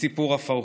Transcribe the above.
מסיפור הפרהוד.